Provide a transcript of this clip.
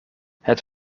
het